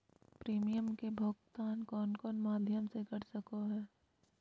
Premium के भुक्तान कौन कौन माध्यम से कर सको है?